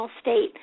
state